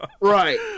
Right